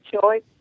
choice